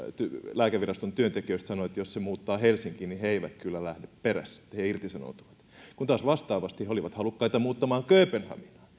lääkeviraston työntekijöistä sanoi että jos se muuttaa helsinkiin niin he eivät kyllä lähde perässä että he he irtisanoutuvat kun taas vastaavasti he olivat halukkaita muuttamaan kööpenhaminaan